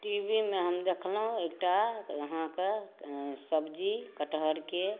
TV मे हम देखलहुॅं एकटा अहाँकेॅं सब्जी कटहरके